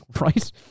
right